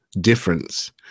difference